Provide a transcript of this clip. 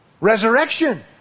resurrection